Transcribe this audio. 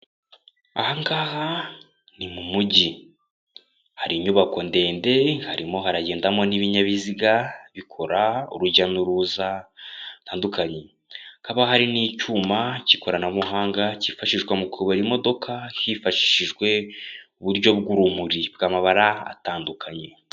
Aha ngaha ni mu mujyi hari inyubako ndende harimo haragendamo n'ibinyabiziga bikora urujya n'uruza rutandukanye hakaba hari n'icyuma cy'ikoranabuhanga cyifashishwa mu kubara imodoka hifashishijwe uburyo bw'urumuri bw'amabara atandukanye.